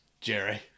Jerry